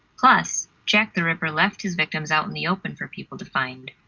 plus, jack the ripper left his victims out in the open for people to find.